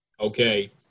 Okay